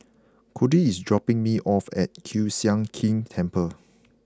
Codie is dropping me off at Kiew Sian King Temple